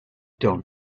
done